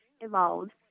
evolved